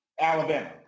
Alabama